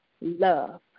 love